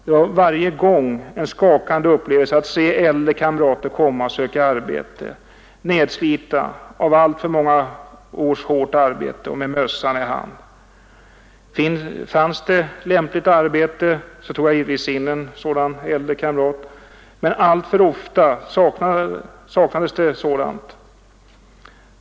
Det var varje gång en skakande upplevelse att se äldre kamrater komma och söka arbete, nedslitna av alltför många års hårt arbete och med mössan i hand. Fanns det lämpligt arbete, så tog jag givetvis in en sådan äldre kamrat, men alltför ofta saknades det sådant.